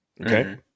Okay